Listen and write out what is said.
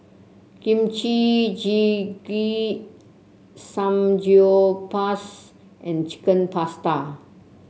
Kimchi Jjigae Samgyeopsal and Chicken Pasta